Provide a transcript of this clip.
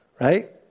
right